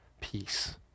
peace